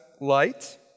light